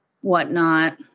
whatnot